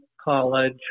college